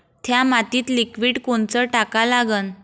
थ्या मातीत लिक्विड कोनचं टाका लागन?